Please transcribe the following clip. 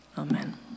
Amen